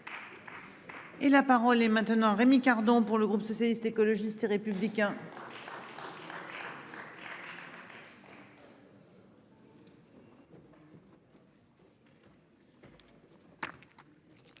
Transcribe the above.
Et la parole est maintenant Rémi Cardon. Pour le groupe socialiste, écologiste et républicain.